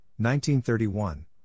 1931